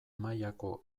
mailako